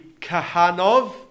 Kahanov